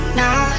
now